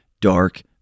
dark